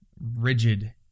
rigid